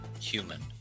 human